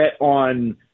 on